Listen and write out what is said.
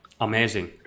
amazing